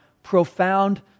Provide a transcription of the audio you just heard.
profound